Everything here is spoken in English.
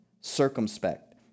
circumspect